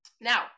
Now